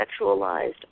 sexualized